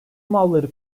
malları